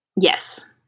yes